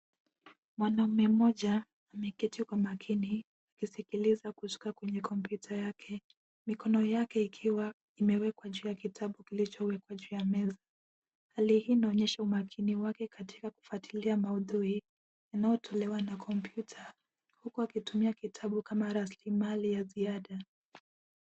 Mwanaume mmoja ameketi kwa umakini akisikiliza kutoka kwenye kompyuta yake, mikono yake ikiwa imewekwa juu ya kitabu kilichowekwa juu ya meza. Hali hii inaonyesha umakini wake katika kufuatilia maudhui yanayotolewa na kompyuta huku akitumia kitabu kama rasilimali ya ziada .